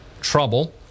trouble